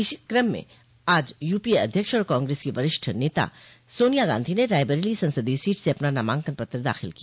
इसी क्रम में आज यूपीए अध्यक्ष और कांग्रेस की वरिष्ठ नेता सोनिया गांधी ने रायबरेली संसदीय सीट से अपना नामांकन पत्र दाखिल किया